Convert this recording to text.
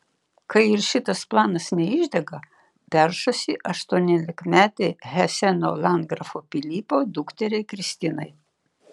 kai ir šitas planas neišdega peršasi aštuoniolikmetei heseno landgrafo pilypo dukteriai kristinai